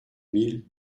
mille